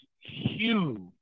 huge